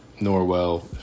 Norwell